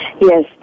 Yes